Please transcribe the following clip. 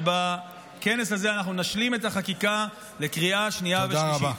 שבכנס הזה אנחנו נשלים את החקיקה לקריאה שנייה ושלישית.